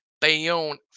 Bayonne